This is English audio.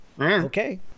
Okay